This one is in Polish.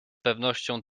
pewnością